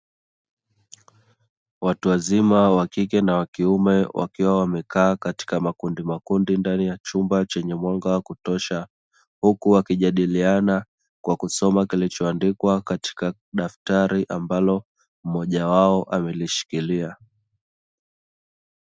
Watu wazima wa kike na wa kuime wakiwa wamekaa katika makundi makundi ndani ya chumba chenye mwanga wa kutosha. Huku wakijadiliana kwa kusoma kilichoandikwa katika daftari ambalo mmoja wao amelishikilia.